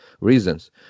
reasons